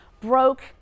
broke